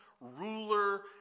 ruler